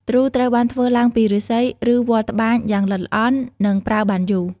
ទ្រូ ត្រូវបានធ្វើឡើងពីឫស្សី ឬវល្លិ៍ត្បាញយ៉ាងល្អិតល្អន់ និងប្រើបានយូរ។